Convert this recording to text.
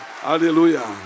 Hallelujah